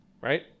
right